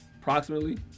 approximately